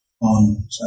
on